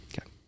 Okay